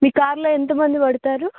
మీ కార్లో ఎంతమంది పడతారు